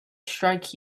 strike